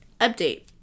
update